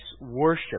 worship